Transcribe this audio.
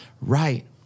right